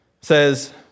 says